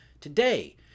today